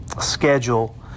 schedule